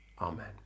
amen